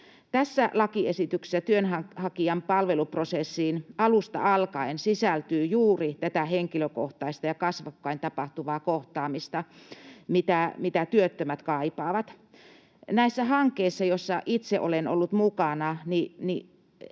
Tässä lakiesityksessä työnhakijan palveluprosessiin alusta alkaen sisältyy juuri tätä henkilökohtaista ja kasvokkain tapahtuvaa kohtaamista, mitä työttömät kaipaavat. Näissä hankkeissa, joissa itse olen ollut mukana,